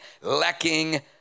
lacking